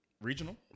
Regional